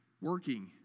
working